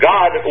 God